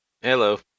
Hello